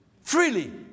Freely